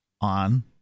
on